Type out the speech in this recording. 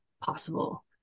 possible